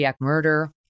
murder